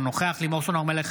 אינו נוכח לימור סון הר מלך,